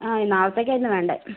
ആ നാളത്തേക്കായിരുന്നു വേണ്ടത്